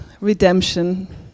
redemption